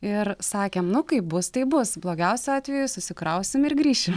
ir sakėm nu kaip bus taip bus blogiausiu atveju susikrausim ir grįšim